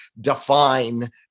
define